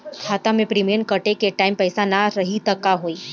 खाता मे प्रीमियम कटे के टाइम पैसा ना रही त का होई?